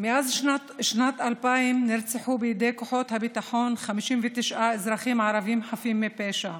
מאז שנת 2000 נרצחו בידי כוחות הביטחון 59 אזרחים ערבים חפים מפשע.